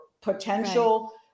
potential